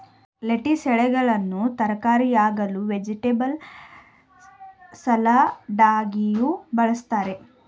lettuce ಎಲೆಗಳನ್ನು ತರಕಾರಿಯಾಗಿಯೂ, vegetable ಸಲಡಾಗಿಯೂ ಬಳ್ಸತ್ತರೆ